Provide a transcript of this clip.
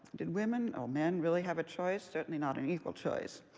did women or men really have a choice? certainly not an equal choice.